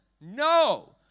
No